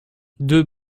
deux